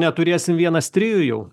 neturėsim vienas trijų jau